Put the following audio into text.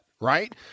right